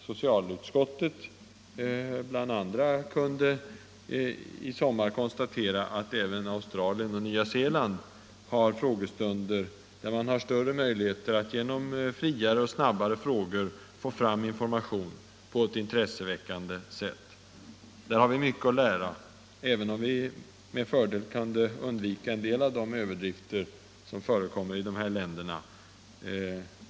Socialutskottet bland andra kunde i somras konstatera att även Australien och Nya Zeeland har frågestunder, där man har större möjligheter att genom friare och snabbare frågor få fram information på ett intresseväckande sätt. Där har vi mycket att lära, även om vi med fördel kunde undvika en del av de överdrifter som förekommer i dessa länder.